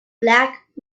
black